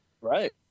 Right